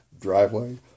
driveway